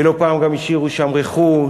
ולא פעם גם השאירו שם רכוש.